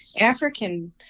African